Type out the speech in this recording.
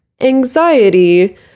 anxiety